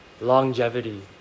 longevity